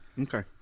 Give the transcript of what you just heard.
Okay